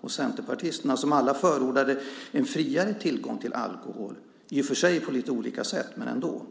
och Centerpartiet, som alla förordade en friare tillgång till alkohol, i och för sig på lite olika sätt, men ändå.